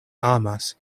amas